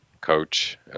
coach